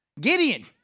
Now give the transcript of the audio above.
Gideon